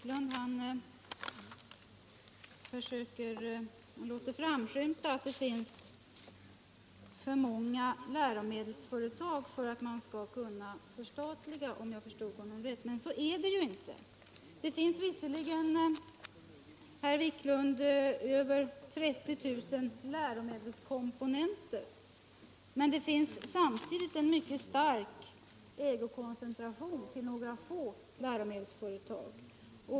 Herr talman! Herr Wiklund låter framskymta att det finns för många läromedelsföretag för att man skall kunna förstatliga, om jag förstod honom rätt. Så är det ju inte. Det finns visserligen över 30 000 läromedelskomponenter, men det finns samtidigt en mycket stark ägarkoncentration till några få läromedelsföretag.